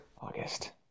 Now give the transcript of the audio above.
August